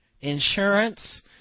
insurance